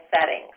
settings